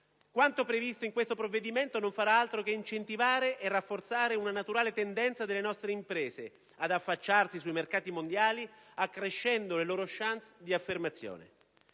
Quanto previsto in questo provvedimento non farà altro che incentivare e rafforzare una naturale tendenza delle nostre imprese ad affacciarsi sui mercati mondiali, accrescendo le loro *chances* di affermazione.